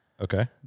Okay